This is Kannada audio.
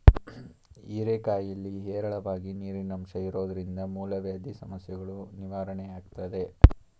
ಹೀರೆಕಾಯಿಲಿ ಹೇರಳವಾಗಿ ನೀರಿನಂಶ ಇರೋದ್ರಿಂದ ಮೂಲವ್ಯಾಧಿ ಸಮಸ್ಯೆಗಳೂ ನಿವಾರಣೆಯಾಗ್ತದೆ